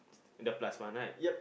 the plus one right